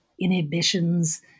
inhibitions